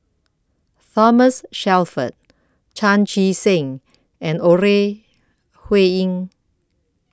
Thomas Shelford Chan Chee Seng and Ore Huiying